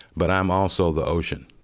but i'm also the ocean.